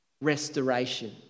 restoration